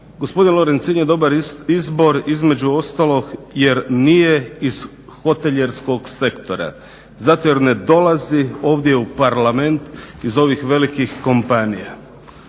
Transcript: Gospodin Lorencin je dobar izbor između ostalog jer nije iz hotelijerskog sektora, zato jer ne dolazi ovdje u Parlament iz ovih velikih kompanija.